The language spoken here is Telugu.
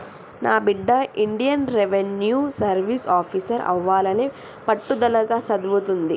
నా బిడ్డ ఇండియన్ రెవిన్యూ సర్వీస్ ఆఫీసర్ అవ్వాలని పట్టుదలగా సదువుతుంది